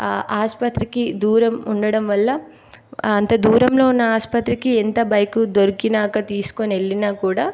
ఆసుపత్రికి దూరం ఉండడం వల్ల అంత దూరంలో ఉన్న ఆస్పత్రికి ఎంత బైకు దొరికినాక తీసుకొని వెళ్ళినా కూడా